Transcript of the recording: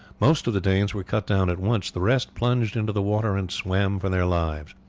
most of the danes were cut down at once the rest plunged into the water and swam for their lives.